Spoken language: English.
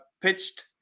pitched